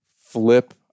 flip